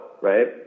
right